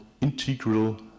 integral